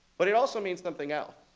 but it also means something else.